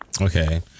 Okay